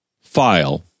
file